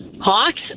Hawks